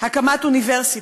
הקמת אוניברסיטה,